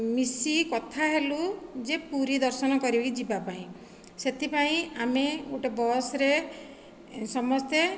ମିଶି କଥା ହେଲୁ ଯେ ପୁରୀ ଦର୍ଶନ କରିକି ଯିବା ପାଇଁ ସେଥିପାଇଁ ଆମେ ଗୋଟିଏ ବସ୍ ରେ ସମସ୍ତେ